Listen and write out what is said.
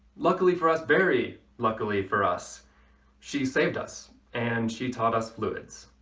luckily for us very luckily for us she saved us and she taught us fluids.